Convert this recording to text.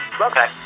Okay